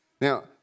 Now